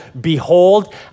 Behold